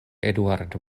eduardo